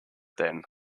then